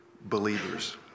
believers